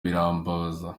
birambabaza